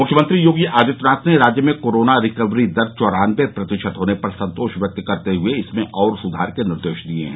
मुख्यमंत्री योगी आदित्यनाथ ने राज्य में कोरोना रिकवरी दर चौरान्नबे प्रतिशत होने पर संतोष व्यक्त करते हुए इसमें और सुधार के निर्देश दिये हैं